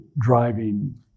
driving